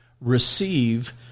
receive